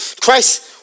Christ